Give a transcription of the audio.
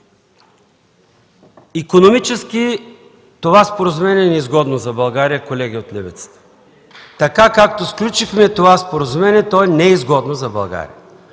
Икономически това споразумение е неизгодно за България, колеги от левицата. Така, както сключихме това споразумение, то не е изгодно за България.